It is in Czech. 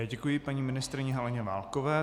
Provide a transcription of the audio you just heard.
Děkuji paní ministryni Heleně Válkové.